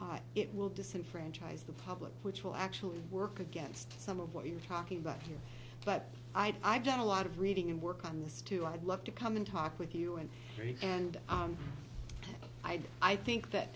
that it will disenfranchise the public which will actually work against some of what you're talking about here but i've done a lot of reading and work on this too i'd love to come and talk with you and for you and i do i think that